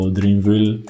Dreamville